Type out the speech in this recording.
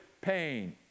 pain